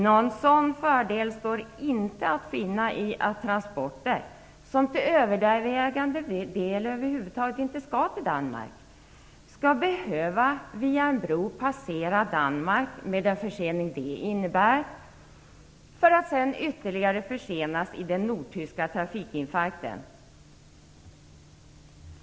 Någon sådan fördel står inte att finna i att transporter, som till övervägande del över huvud taget inte skall till Danmark, skall behöva via en bro passera Danmark med den försening som det innebär, för att sedan ytterligare försenas i den nordtyska trafikinfarkten.